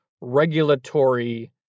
regulatory